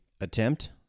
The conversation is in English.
attempt